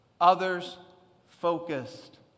others-focused